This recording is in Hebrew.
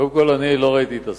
קודם כול, אני לא ראיתי את הסרט.